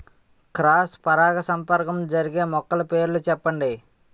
Cross పరాగసంపర్కం జరిగే మొక్కల పేర్లు చెప్పండి?